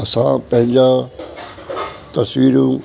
असां पंहिंजा तस्वीरूं